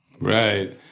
Right